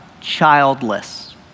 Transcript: childless